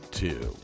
two